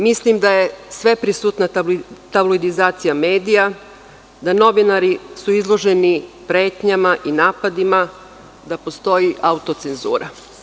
Mislim da je sve prisutna tabloidizacija medija, da su novinari izloženi pretnjama i napadima, da postoji autocenzura.